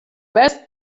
best